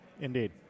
indeed